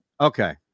Okay